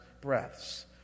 breaths